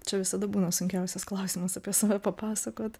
čia visada būna sunkiausias klausimas apie save papasakot